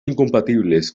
incompatibles